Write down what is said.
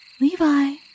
Levi